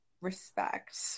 respect